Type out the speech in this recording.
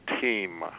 team